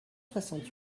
soixante